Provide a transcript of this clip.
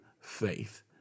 faith